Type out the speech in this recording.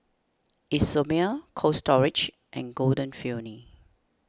Isomil Cold Storage and Golden Peony